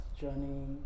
journey